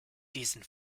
diesen